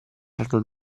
erano